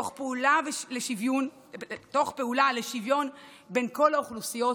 תוך פעולה לשוויון בין כל האוכלוסיות